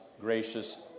gracious